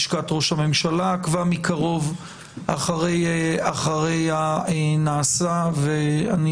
לשכת ראש הממשלה עקבה מקרוב אחרי הנעשה ואני